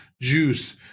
juice